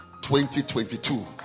2022